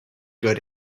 good